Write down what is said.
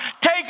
take